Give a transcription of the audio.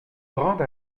grande